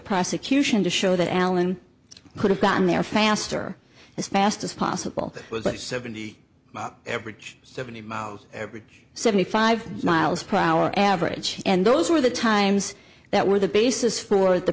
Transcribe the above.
prosecution to show that alan could have gotten there faster as fast as possible with seventy every seventy miles every seventy five miles per hour average and those were the times that were the basis for the